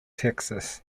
texas